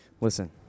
listen